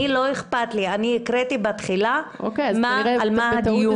אני הקראתי בתחילה על מה הדיון.